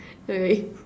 alright